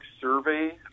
survey